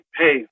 hey